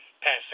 passing